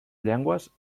llengües